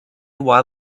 while